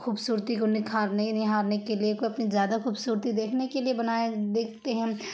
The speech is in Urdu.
خوبصورتی کو نکھارنے نہارنے کے لیے کوئی اپنی زیادہ خوبصورتی دیکھنے کے لیے بنائے دیکھتے ہیں